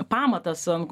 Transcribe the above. pamatas an